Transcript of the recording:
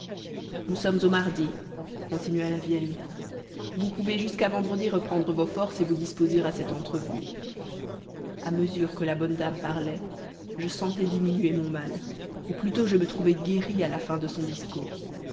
nous sommes au mardi continua la vieille vous pouvez jusqu'à vendredi reprendre vos forces et vous disposer à cette entrevue à mesure que la bonne dame parlait je sentais diminuer mon mal ou plutôt je me trouvai guéri à la fin de son discours